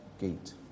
gate